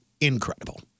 incredible